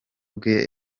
bwe